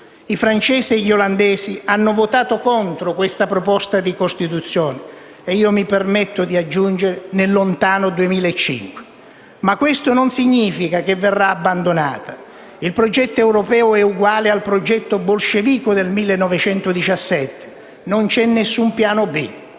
I francesi e gli olandesi hanno votato contro questa proposta di Costituzione (e, aggiungo io, nel lontano 2005). Ma questo non significa che verrà abbandonata. Il progetto europeo è uguale al progetto bolscevico del 1917: non c'è alcun piano B.